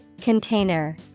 Container